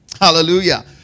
Hallelujah